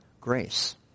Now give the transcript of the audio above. Grace